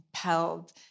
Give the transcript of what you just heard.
compelled